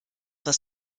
was